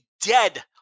dead